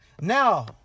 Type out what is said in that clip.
Now